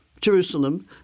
Jerusalem